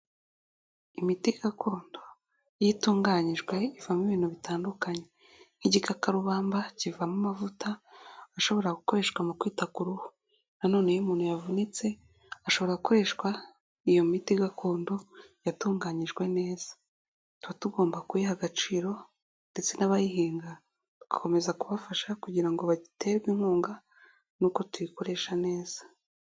Imiti gakondo iyo itunganyijwe, ivamo ibintu bitandukanye. Nk'igikakarubamba kivamo amavuta, ashobora gukoreshwa mu kwita ku ruhu. Nanone iyo umuntu yavunitse, hashobora gukoreshwa iyo miti gakondo yatunganyijwe neza. Tuba tugomba kuyiha agaciro ndetse n'abayihinga tugakomeza kubafasha kugira ngo baterwe inkunga n'uko tuyikoresha neza.